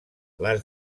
les